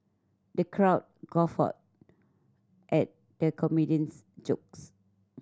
the crowd guffawed at the comedian's jokes